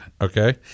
okay